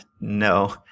No